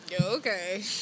Okay